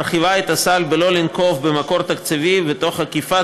מרחיבה את הסל בלא לנקוב במקור תקציבי ותוך עקיפת